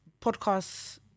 podcast